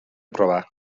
proba